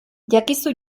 jakizu